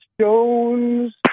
Jones